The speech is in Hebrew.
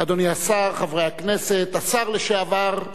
אדוני השר, חברי הכנסת, השר לשעבר,